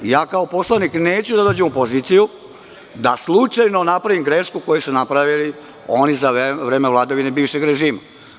Ja kao poslanik neću da dođem u poziciju da slučajno napravim grešku koju su napravili oni za vreme vladavine bivšeg režima.